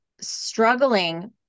struggling